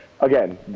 again